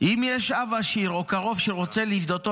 "אם יש לו אב עשיר או קרוב שרוצה לפדותו